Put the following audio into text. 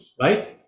right